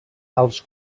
els